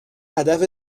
هدف